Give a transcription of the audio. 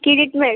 ଠିକ୍ ଅଛି ଭାଇ